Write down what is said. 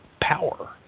power